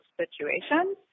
situations